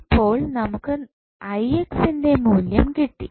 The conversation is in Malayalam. ഇപ്പോൾ നമുക്ക് ന്റെ മൂല്യം കിട്ടി